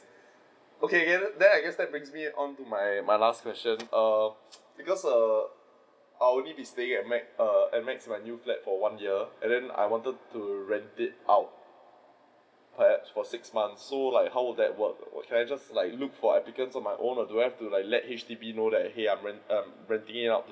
okay and then I guess that brings me on to my my last question err because err I will only be staying at max err at max at my new flat for one year and then I wanted to rent it out flat for six months so how would that work can I like look for applicant on my own or do I have to like let H_D_B know that hey I am err renting it out to